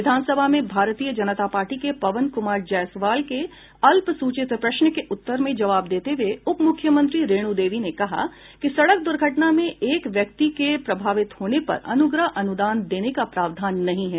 विधानसभा में भारतीय जनता पार्टी के पवन कुमार जायसवाल के अल्प सूचित प्रश्न के उत्तर में जवाब देते हुए उपमुख्यमंत्री रेणू देवी ने कहा कि सड़क दुर्घटना में एक व्यक्ति के प्रभावित होने पर अनुग्रह अनुदान देने का प्रावधान नहीं है